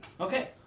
Okay